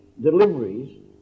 deliveries